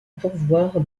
pourvoir